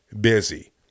busy